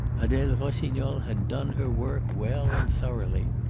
adele rossignol had done her work well and thoroughly.